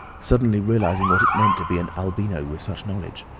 suddenly realising what it meant to be an albino with such knowledge.